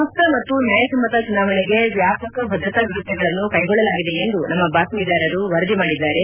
ಮುಕ್ತ ಮತ್ತು ನ್ಯಾಯಸಮ್ಮತ ಚುನಾವಣೆಗೆ ವ್ಯಾಪಕ ಭದ್ರತಾ ವ್ಯವಸ್ಥೆಗಳನ್ನು ಕೈಗೊಳ್ಳಲಾಗಿದೆ ಎಂದು ನಮ್ಮ ಬಾತ್ಷೀದಾರರು ವರದಿ ಮಾಡಿದ್ದಾರೆ